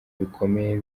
bikomeye